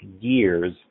years